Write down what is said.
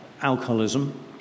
alcoholism